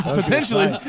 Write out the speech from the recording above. potentially